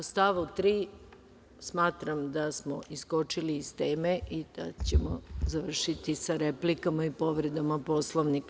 U stavu tri, smatram da smo iskočili iz teme i da ćemo završiti sa replikama i povredama Poslonika.